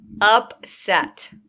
Upset